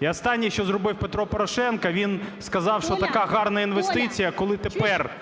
і останнє, що зробив Петро Порошенко, він сказав, що така гарна інвестиція, коли тепер